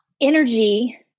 energy